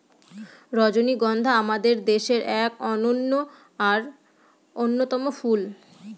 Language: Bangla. রজনীগন্ধা আমাদের দেশের এক অনন্য আর অন্যতম ফুল